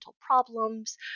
problems